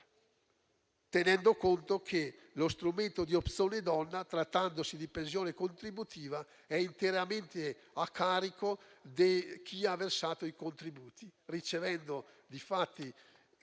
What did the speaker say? tenere conto che lo strumento di Opzione donna, trattandosi di pensione contributiva, è interamente a carico di chi ha versato i contributi, ricevendo di fatto